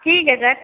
ठीक है सर